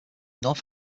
north